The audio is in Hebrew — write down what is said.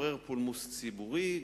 עורר פולמוס ציבורי,